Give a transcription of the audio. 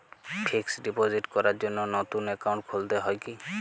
Fix deposit করার জন্য নতুন অ্যাকাউন্ট খুলতে হয় কী?